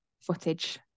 footage